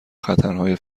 خطرهای